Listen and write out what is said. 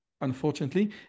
unfortunately